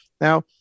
Now